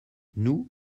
nous